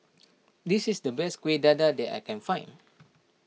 this is the best Kuih Dadar that I can find